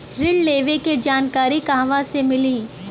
ऋण लेवे के जानकारी कहवा से मिली?